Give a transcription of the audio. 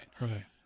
right